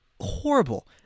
horrible